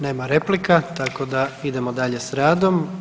Nema replika tako da idemo dalje s radom.